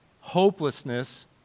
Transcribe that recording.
hopelessness